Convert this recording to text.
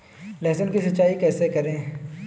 लहसुन की सिंचाई कैसे करें?